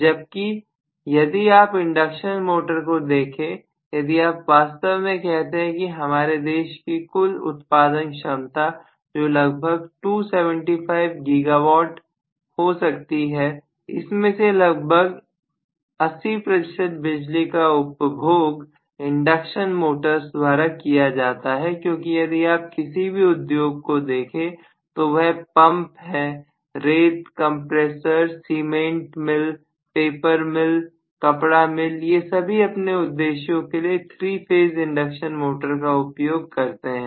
जबकि यदि आप इंडक्शन मोटर को देखें यदि आप वास्तव में कहते हैं कि हमारे देश की कुल उत्पादन क्षमता जो लगभग 275GW हो सकती है इसमें से लगभग 80 प्रतिशत बिजली का उपयोग इंडक्शन मोटर्स द्वारा किया जाता है क्योंकि यदि आप किसी भी उद्योग को देखें तो वह पंप हो रेत compressor cement mill paper mill कपड़ा मिल ये सभी अपने उद्देश्यों के लिए 3 फेज़ इंडक्शन मोटर का उपयोग करते हैं